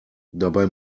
dabei